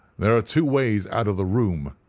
there are two ways out of the room,